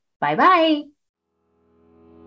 Bye-bye